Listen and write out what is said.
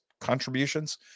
contributions